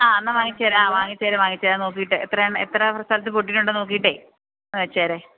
ആ എന്നാല് വാങ്ങിച്ചേക്കൂ വാങ്ങിച്ചേക്കൂ വാങ്ങിച്ചേക്കൂ നോക്കിയിട്ട് എത്രയാണ് എത്ര സ്ഥലത്ത് പൊട്ടിയിട്ടുണ്ടെന്ന് നോക്കിയിട്ട് വാങ്ങിച്ചേക്കൂ